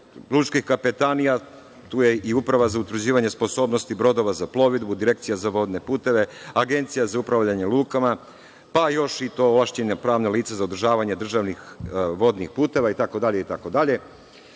Lučke kapetanije tu je i Uprava za utvrđivanje sposobnosti brodova za plovidbu, Direkcija za vodne puteve, Agencija za upravljanje lukama, pa još i to ovlašćena pravna lica za održavanje državnih vodnih puteva itd. Moram